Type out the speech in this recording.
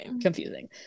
confusing